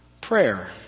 Prayer